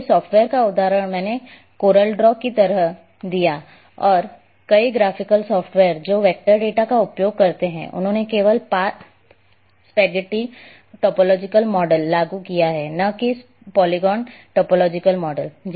इसलिए सॉफ्टवेयर का उदाहरण मैंने कोरल ड्रॉ की तरह दिया और कई ग्राफिकल सॉफ्टवेयर जो वेक्टर डेटा का उपयोग करते हैं उन्होंने केवल पाथ स्पेगेटी टॉपोलॉजिकल मॉडल लागू किया है न कि पॉलीगॉन टॉपोलॉजिकल मॉडल